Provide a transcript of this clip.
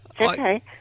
okay